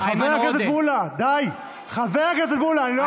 איימן עודה, בעד חוה אתי עטייה, בעד